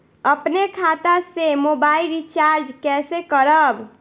अपने खाता से मोबाइल रिचार्ज कैसे करब?